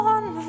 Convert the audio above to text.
One